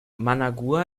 managua